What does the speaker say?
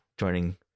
joining